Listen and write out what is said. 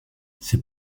ses